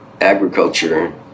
agriculture